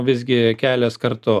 visgi kelias kartu